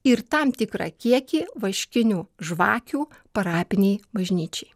ir tam tikrą kiekį vaškinių žvakių parapinei bažnyčiai